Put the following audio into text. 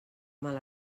mal